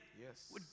Yes